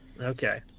Okay